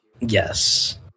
Yes